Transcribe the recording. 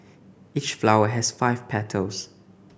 each flower has five petals